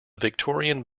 victorian